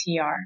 TR